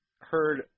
heard